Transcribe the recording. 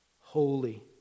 Holy